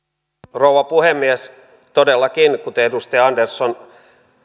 rouva puhemies todellakin kuten edustaja andersson